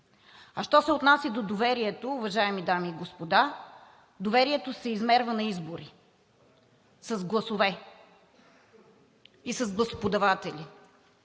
Що се отнася до доверието, уважаеми дами и господа, доверието се измерва на избори с гласове и с гласоподаватели.